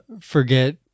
forget